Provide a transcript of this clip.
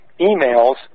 emails